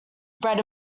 bread